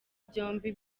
byombi